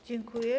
Dziękuję.